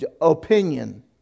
opinion